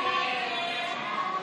הסתייגות 370 לא נתקבלה.